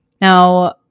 Now